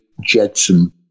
Jetson